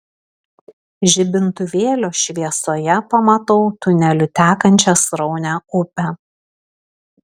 žibintuvėlio šviesoje pamatau tuneliu tekančią sraunią upę